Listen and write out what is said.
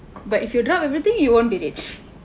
but if you drop everything you won't be rich